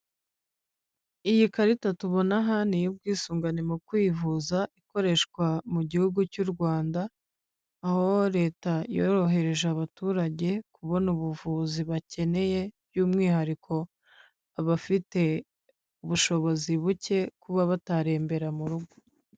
Iyi karita tubona aha n'iy'ubwisungane mu kwivuza ikoreshwa mu gihugu cy'u Rwanda, aho leta yorohereje abaturage kubona ubuvuzi bakeneye, by'umwihariko abafite ubushobozi buke, kuba batarembera mu rugo.